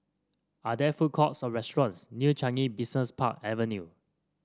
are there food courts or restaurants near Changi Business Park Avenue